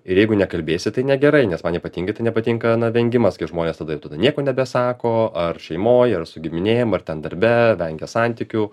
ir jeigu nekalbėsi tai negerai nes man ypatingai tai nepatinka na vengimas kai žmonės tada jau tada nieko nebesako ar šeimoj ar su giminėm ar ten darbe vengia santykių